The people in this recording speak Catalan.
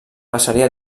passaria